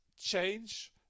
change